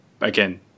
Again